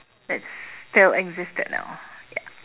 that still existed now ya